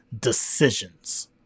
decisions